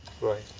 Right